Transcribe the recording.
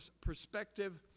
perspective